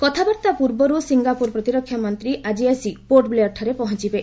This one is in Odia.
କଥାବାର୍ତ୍ତା ପୂର୍ବରୁ ସିଙ୍ଗାପୁର ପ୍ରତିରକ୍ଷା ମନ୍ତ୍ରୀ ଆଜି ଆସି ପୋର୍ଟ ବ୍ଲେୟର୍ଠାରେ ପହଞ୍ଚବେ